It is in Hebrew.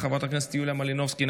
חברת הכנסת יוליה מלינובסקי,